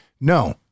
No